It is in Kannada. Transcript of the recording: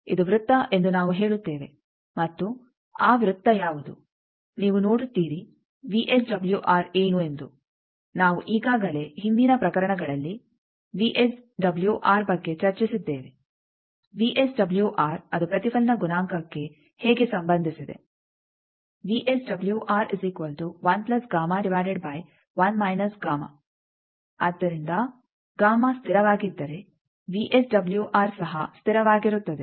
ಇದು ವೃತ್ತ ಎಂದು ನಾವು ಹೇಳುತ್ತೇವೆ ಮತ್ತು ಆ ವೃತ್ತ ಯಾವುದು ನೀವು ನೋಡುತ್ತೀರಿ ವಿಎಸ್ಡಬ್ಲ್ಯೂಆರ್ ಏನು ಎಂದು ನಾವು ಈಗಾಗಲೇ ಹಿಂದಿನ ಪ್ರಕರಣಗಳಲ್ಲಿ ವಿಎಸ್ಡಬ್ಲ್ಯೂಆರ್ ಬಗ್ಗೆ ಚರ್ಚಿಸಿದ್ದೇವೆ ವಿಎಸ್ಡಬ್ಲ್ಯೂಆರ್ ಅದು ಪ್ರತಿಫಲನ ಗುಣಾಂಕಕ್ಕೆ ಹೇಗೆ ಸಂಬಂಧಿಸಿದೆ ಆದ್ದರಿಂದ ಸ್ಥಿರವಾಗಿದ್ದರೆ ವಿಎಸ್ಡಬ್ಲ್ಯೂಆರ್ ಸಹ ಸ್ಥಿರವಾಗಿರುತ್ತದೆ